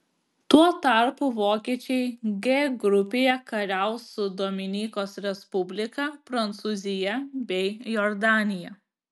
tuo tarpu vokiečiai g grupėje kariaus su dominikos respublika prancūzija bei jordanija